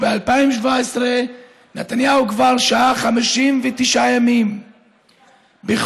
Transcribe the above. ב-2017 נתניהו כבר שהה 59 ימים בחו"ל,